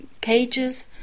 cages